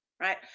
Right